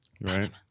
right